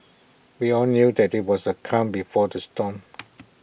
we all knew that IT was the calm before the storm